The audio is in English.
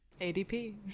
ADP